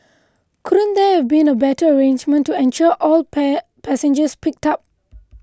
couldn't there have been a better arrangement to ensure all passengers picked up